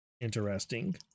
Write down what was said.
Interesting